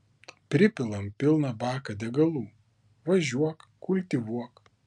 pripilam pilną baką degalų važiuok kultivuok